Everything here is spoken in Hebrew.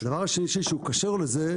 הדבר השלישי שהוא קשור לזה,